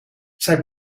zij